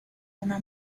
una